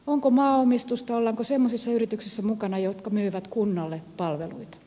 onko maaomistusta ollaanko semmoisissa yrityksissä mukana jotka myyvät kunnalle palveluita